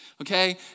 okay